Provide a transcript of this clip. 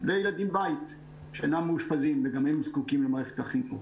וילדים בית שאינם מאושפזים וגם הם זקוקים למערכת החינוך.